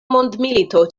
mondmilito